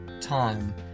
time